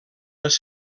les